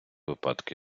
випадку